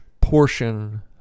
portion